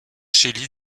chély